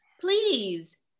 please